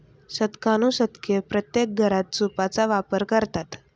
शतकानुशतके प्रत्येक घरात सूपचा वापर करतात